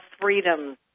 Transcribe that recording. freedom